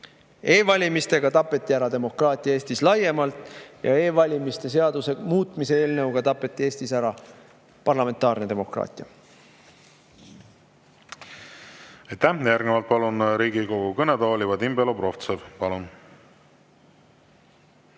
E‑valimistega tapeti ära demokraatia Eestis laiemalt ja e‑valimiste seaduse muutmise eelnõuga tapeti Eestis ära parlamentaarne demokraatia. Aitäh! Järgnevalt palun Riigikogu kõnetooli Vadim Belobrovtsevi. Palun!